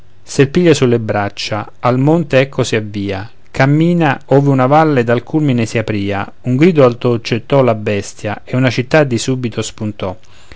sel piglia sulle braccia al monte ecco si avvia cammina ove una valle dal culmine si aprìa un grido alto gettò la bestia e una città di subito spuntò